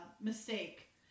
mistake